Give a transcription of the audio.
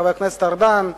חבר הכנסת ארדן,